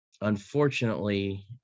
unfortunately